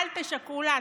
אל תשקרו לעצמכם,